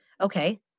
okay